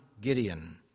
Gideon